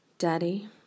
Daddy